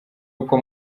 uko